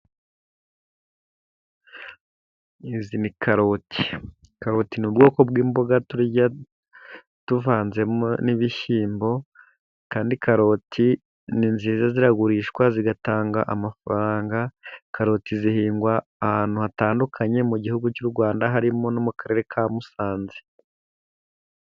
Izi ni karoti. Karoti ni ubwoko bw'imboga turya tuvanzemo n'ibishyimbo, kandi karoti ni nziza ziragurishwa zigatanga amafaranga, karoti zihingwa ahantu hatandukanye mu gihugu cy'u Rwanda, harimo no mu karere ka Musanze.